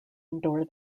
endure